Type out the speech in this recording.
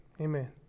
amen